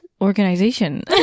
organization